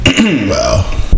Wow